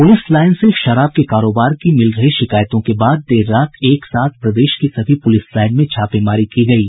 police line से शराब के कारोबार की मिल रही शिकायतों के बाद देर रात एक साथ प्रदेश की सभी पुलिस लाईन में छापेमारी की गयी